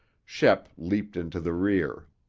shep leaped into the rear.